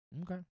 Okay